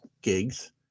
gigs